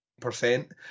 percent